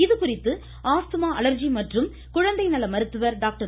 இதுகுறித்து asthma allergy மற்றும் குழந்தை நல மருத்துவர் டாக்டர்